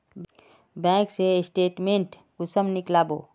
Bank के statement कुंसम नीकलावो?